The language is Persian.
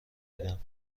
دیدم